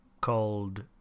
called